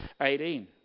18